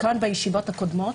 בישיבות הקודמות